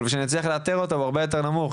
ושנצליח לאתר אותו הוא הרבה יותר נמוך.